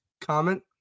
comment